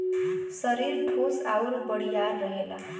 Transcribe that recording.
सरीर ठोस आउर बड़ियार रहेला